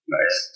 Nice